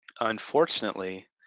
Unfortunately